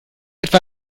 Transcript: etwa